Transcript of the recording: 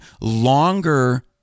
longer